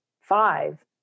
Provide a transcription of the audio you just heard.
five